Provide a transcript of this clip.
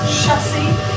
chassis